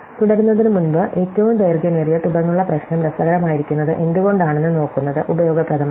തുടരുന്നതിനുമുമ്പ് ഏറ്റവും ദൈർഘ്യമേറിയ തുടർന്നുള്ള പ്രശ്നം രസകരമായിരിക്കുന്നത് എന്തുകൊണ്ടാണെന്ന് നോക്കുന്നത് ഉപയോഗപ്രദമാണ്